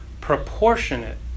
proportionate